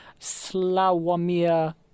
Slawomir